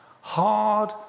Hard